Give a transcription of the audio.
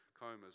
comas